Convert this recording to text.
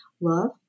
Love